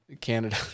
Canada